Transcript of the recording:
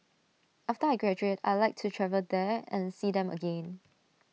after I graduate I'd like to travel there and see them again